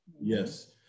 Yes